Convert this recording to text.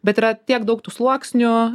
bet yra tiek daug tų sluoksnių